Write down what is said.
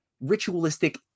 ritualistic